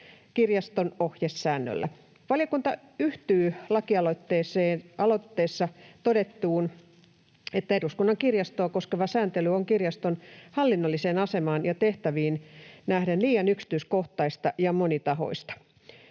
kirjaston ohjesäännöllä. Valiokunta yhtyy lakialoitteessa todettuun, että eduskunnan kirjastoa koskeva sääntely on kirjaston hallinnolliseen asemaan ja tehtäviin nähden liian yksityiskohtaista ja monitasoista,